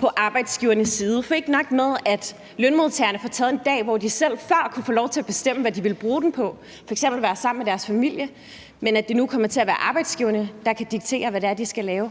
på arbejdsgivernes side. For ikke nok med, at lønmodtagerne får taget en dag, som de før selv kunne få lov at bestemme hvad de ville bruge til, f.eks. at være sammen med deres familie, og at det nu kommer til at være arbejdsgiverne, der kan diktere, hvad de skal lave,